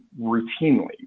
routinely